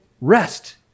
rest